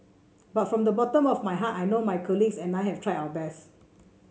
but from the bottom of my heart I know my colleagues and I have tried our best